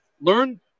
learn